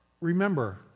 Remember